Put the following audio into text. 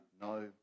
no